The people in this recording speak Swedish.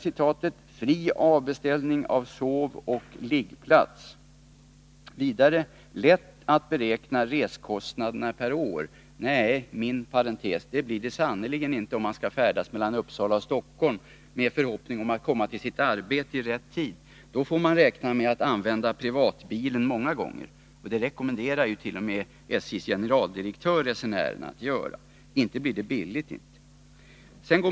Andra fördelar: ”Fri avbeställning av sovoch liggplats. Lätt att beräkna reskostnaden per år.” Min kommentar: Det är sannerligen inte lätt att beräkna reskostnaden per år, om man skall färdas mellan Uppsala och Stockholm i förhoppning om att komma till sitt arbete i rätt tid. Då får man räkna med att använda privatbilen många gånger. Det rekommenderar ju t.o.m. SJ:s generaldirektör resenärerna att göra — och det blir inte billigt.